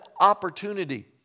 opportunity